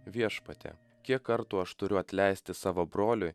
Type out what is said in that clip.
viešpatie kiek kartų aš turiu atleisti savo broliui